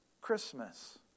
Christmas